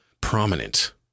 prominent